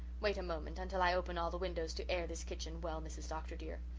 wait a moment until i open all the windows to air this kitchen well, mrs. dr. dear.